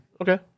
Okay